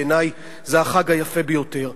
בעיני זה החג היפה ביותר.